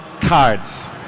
cards